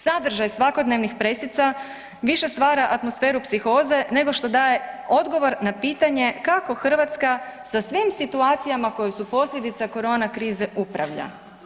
Sadržaj svakodnevnih pressica više stvara atmosferu psihoze nego što daje odgovor na pitanje kako Hrvatska sa svim situacijama koje su posljedica korona krize upravlja.